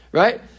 right